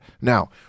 Now